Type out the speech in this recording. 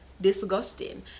disgusting